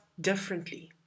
differently